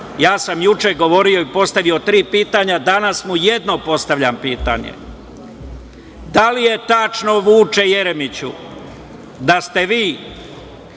Ja sam juče govorio i postavio tri pitanja, a danas mu jedno postavljam pitanje. Da li je tačno Vuče Jeremiću, da ste vi